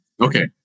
Okay